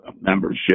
membership